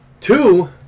two